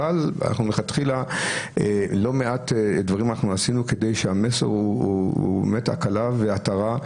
אבל מלכתחילה לא מעט דברים אנחנו עשינו כדי שהמסר הוא באמת הקלה והתרה.